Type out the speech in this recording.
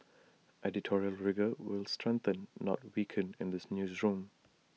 editorial rigour will strengthen not weaken in this newsroom